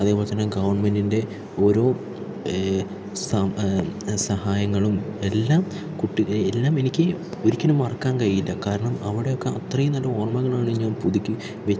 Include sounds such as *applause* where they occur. അതേപോലെതന്നെ ഗവൺമെന്റിന്റെ ഓരോ ഈ സഹായങ്ങളും എല്ലാം കിട്ടുകയും എല്ലാം എനിക്ക് ഒരിക്കലും മറക്കാൻ കഴിയില്ല കാരണം അവിടെയൊക്കെ അത്രയും നല്ല ഓർമ്മകളാണ് ഞാൻ പുതുക്കി *unintelligible*